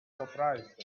surprise